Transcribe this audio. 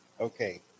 Okay